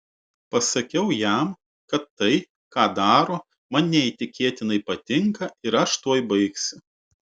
pasakiau jam kad tai ką daro man neįtikėtinai patinka ir aš tuoj baigsiu